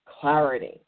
clarity